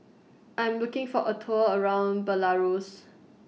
I Am looking For A Tour around Belarus